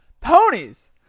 Ponies